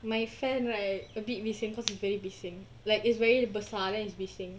my fan right a bit bising it's really bising like it's very besar then it's bising